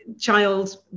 child